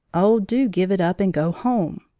oh, do give it up and go home!